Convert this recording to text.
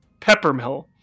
Peppermill